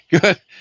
good